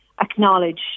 acknowledge